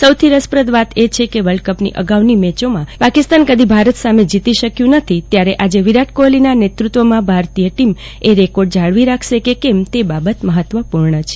સૌથી રસપ્રદ વાત એ છે કે વલ્ડકપમાં અગાઉની મેચોમાં પાકિસ્તાન કદી ભારત સામે જીતી શક્યુ નથી ત્યારે આજે વિરાટ કોફલીના નેતૃત્વમાં ભારતીય ટીમ એ રેકોર્ડ જાળવી રાખશે કે કેમ તે બાબત મફત્વપૂર્ણ છે